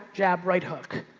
jab, right hook.